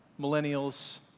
millennials